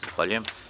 Zahvaljujem.